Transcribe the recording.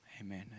Amen